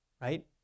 right